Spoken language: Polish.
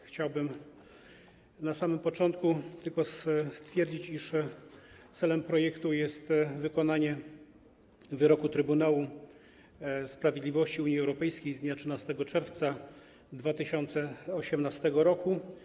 Chciałbym na samym początku tylko stwierdzić, iż celem projektu jest wykonanie wyroku Trybunału Sprawiedliwości Unii Europejskiej z dnia 13 czerwca 2018 r.